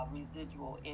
residual